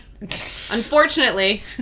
unfortunately